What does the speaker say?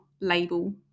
label